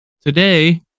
Today